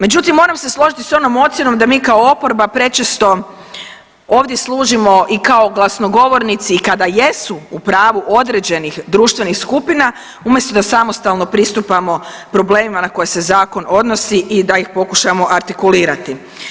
Međutim, moram se složiti s onom ocjenom da mi kao oporba prečesto ovdje služimo i kao glasnogovornici i kada jesu u pravu određenih društvenih skupina umjesto da samostalno pristupamo problemima na koje se zakon odnosi i da ih pokušamo artikulirati.